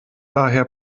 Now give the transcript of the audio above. daher